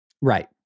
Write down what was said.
Right